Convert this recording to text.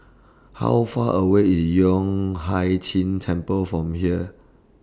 How Far away IS Yueh Hai Ching Temple from here